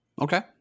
okay